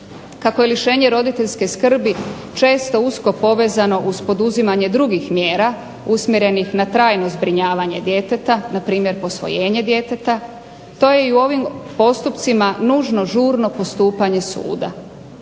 Kako je lišenje roditeljske skrbi često usko povezano uz poduzimanje drugih mjera, usmjerenih na trajno zbrinjavanje djeteta, npr. posvojenje djeteta, to je u ovim postupcima nužno žurno postupanje suda.